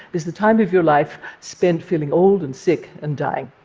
is the time of your life spent feeling old and sick and dying.